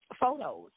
photos